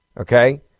Okay